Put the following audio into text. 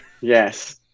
Yes